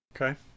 Okay